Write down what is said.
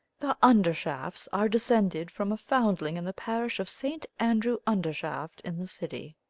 the undershafts are descended from a foundling in the parish of st. andrew undershaft in the city.